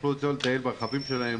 יוכלו לצאת לטייל ברכבים שלהם,